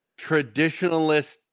traditionalist